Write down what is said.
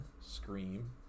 Scream